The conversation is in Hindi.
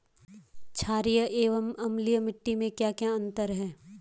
छारीय एवं अम्लीय मिट्टी में क्या क्या अंतर हैं?